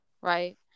right